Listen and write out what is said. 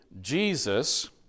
Jesus